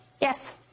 Yes